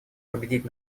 победить